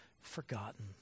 forgotten